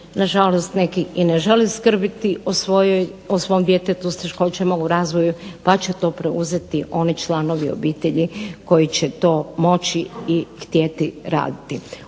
na žalost neki i ne žele skrbiti o svom djetetu s teškoćama u razvoju pa će to preuzeti oni članovi obitelji koji će to moći i htjeti raditi.